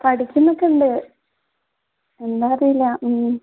പഠിക്കുന്നൊക്കെ ഉണ്ട് എന്താണെന്നറിയില്ല